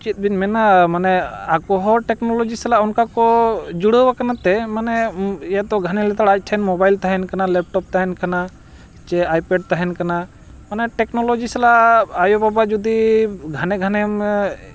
ᱪᱮᱫ ᱵᱮᱱ ᱢᱮᱱᱟ ᱢᱟᱱᱮ ᱟᱠᱚ ᱦᱚᱸ ᱴᱮᱠᱱᱳᱞᱚᱡᱤ ᱥᱟᱞᱟᱜ ᱚᱱᱠᱟ ᱠᱚ ᱡᱩᱲᱟᱹᱣ ᱟᱠᱟᱱᱟ ᱛᱮ ᱢᱟᱱᱮ ᱤᱭᱟᱹ ᱛᱚ ᱜᱷᱟᱱᱮ ᱞᱮᱛᱟᱲ ᱟᱡ ᱴᱷᱮᱱ ᱢᱳᱵᱟᱭᱤᱞ ᱛᱟᱦᱮᱱ ᱠᱟᱱᱟ ᱞᱮᱯᱴᱚᱯ ᱛᱟᱦᱮᱱ ᱠᱟᱱᱟ ᱥᱮ ᱟᱭᱯᱮᱰ ᱛᱟᱦᱮᱱ ᱠᱟᱱᱟ ᱢᱟᱱᱮ ᱴᱮᱠᱱᱳᱞᱚᱡᱤ ᱥᱟᱞᱟᱜ ᱟᱭᱳ ᱵᱟᱵᱟ ᱡᱩᱫᱤ ᱜᱷᱟᱱᱮ ᱜᱷᱟᱱᱮᱢ